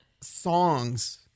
songs